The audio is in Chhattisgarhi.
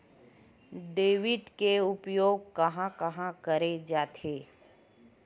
डेबिट के उपयोग कहां कहा करे जाथे?